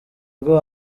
rwo